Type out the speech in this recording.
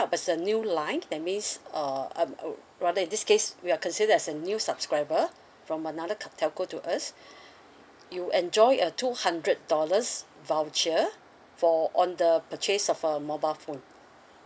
but is a new line that means uh um uh rather in this case we are considered as a new subscriber from another co~ telco to us you enjoy a two hundred dollars voucher for on the purchase of a mobile phone